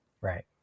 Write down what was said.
Right